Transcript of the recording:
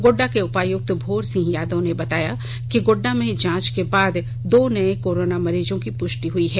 गोड्डा के उपायुक्त भोर सिंह यादव ने बताया कि गोड्डा में जांच के बाद दो नए कोरोना मरीजों की पुष्टि हुई है